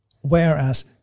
whereas